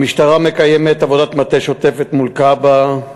המשטרה מקיימת עבודת מטה שוטפת מול כב"א,